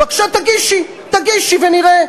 בבקשה תגישי, תגישי ונראה.